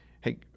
Hey